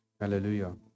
Hallelujah